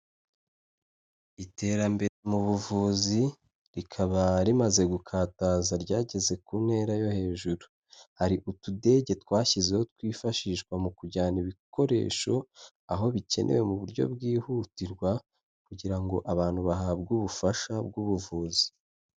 Iterambere mu buvuzi rikaba rimaze gukataza ryageze ku ntera yo hejuru. Hari utudege twashyizeho twifashishwa mu kujyana ibikoresho aho bikenewe mu buryo bwihutirwa kugira ngo abantu bahabwe ubufasha bw'ubuvuzi.